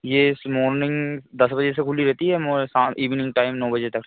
yes morning दस बजे से खुली रहती है म शा इवनिंग टाइम नौ बजे तक